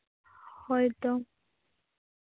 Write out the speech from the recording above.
ᱦᱳᱭ ᱛᱚ